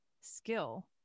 skill